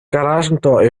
garagentor